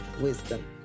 wisdom